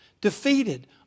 defeated